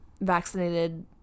vaccinated